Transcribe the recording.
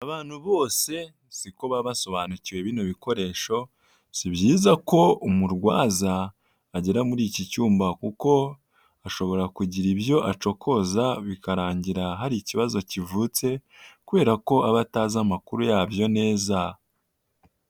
Abantu bose siko baba basobanukiwe bino bikoresho, si byiza ko umurwaza agera muri iki cyuma, kuko ashobora kugira ibyo bacokoza bikarangira hari ikibazo kivutse kubera ko aba atazi amakuru yabyo neza.